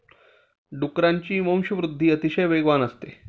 डुकरांची वंशवृद्धि अतिशय वेगवान असते